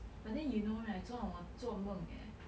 but then you know right 昨晚我做梦 eh